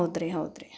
ಹೌದ್ರಿ ಹೌದ್ರಿ